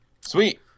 Sweet